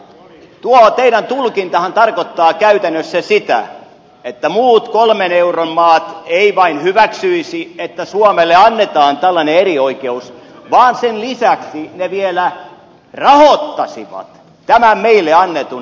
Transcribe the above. tuo teidän tulkintannehan tarkoittaa käytännössä sitä että muut kolmen an maat eivät vain hyväksyisi että suomelle annetaan tällainen erioikeus vaan sen lisäksi ne vielä rahoittaisivat tämän meille annetun etuoikeuden